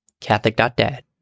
Catholic.dad